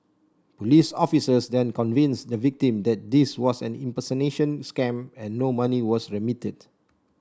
police officers then convinced the victim that this was an impersonation scam and no money was remitted